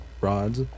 rods